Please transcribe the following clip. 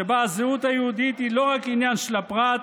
שבה הזהות היהודית היא לא רק עניין של הפרט,